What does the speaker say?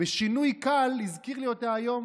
בשינוי קל, הזכיר לי אותה היום